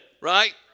Right